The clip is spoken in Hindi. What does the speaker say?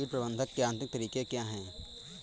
कीट प्रबंधक के यांत्रिक तरीके क्या हैं?